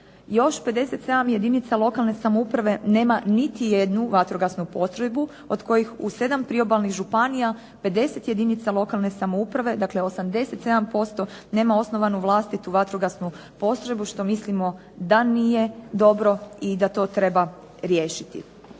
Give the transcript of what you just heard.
Još 57 jedinica lokalne samouprave nema niti jednu vatrogasnu postrojbu od kojih od sedam priobalnih županija, 50 jedinica lokalne samouprave, dakle 87% nema osnovanu vlastitu vatrogasnu postrojbu što mislimo da nije dobro i da to treba riješiti.